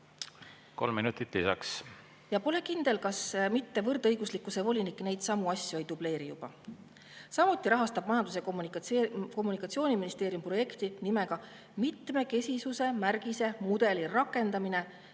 Kolm minutit lisaks. Ja pole kindel, kas võrdõiguslikkuse volinik neidsamu asju juba ei dubleeri. Samuti rahastab Majandus- ja Kommunikatsiooniministeerium projekti nimega "Mitmekesisuse märgise mudeli rakendamine",